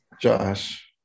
Josh